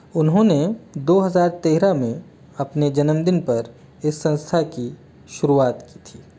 उन्होंने दो हज़ार तेरह में अपने जन्मदिन पर इस संस्था की शुरुआत की थी